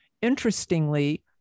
Interestingly